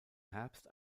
herbst